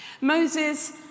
Moses